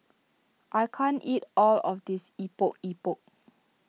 I can't eat all of this Epok Epok